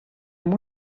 amb